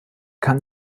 kann